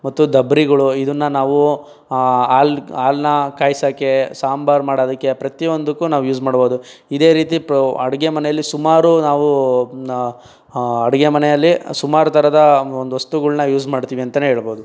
ಮತ್ತು ಡಬರಿಗಳು ಇದನ್ನ ನಾವು ಹಾಲು ಹಾಲನ್ನ ಕಾಯ್ಸಕ್ಕೆ ಸಾಂಬಾರು ಮಾಡೋದಕ್ಕೆ ಪ್ರತಿಯೊಂದಕ್ಕೂ ನಾವು ಯೂಸ್ ಮಾಡ್ಬೋದು ಇದೇ ರೀತಿ ಅಡುಗೆ ಮನೆಯಲ್ಲಿ ಸುಮಾರು ನಾವು ಅಡುಗೆ ಮನೆಯಲ್ಲಿ ಸುಮಾರು ಥರದ ಒಂದು ವಸ್ತುಗಳನ್ನ ಯೂಸ್ ಮಾಡ್ತೀವಿ ಅಂತಾನೆ ಹೇಳ್ಬೋದು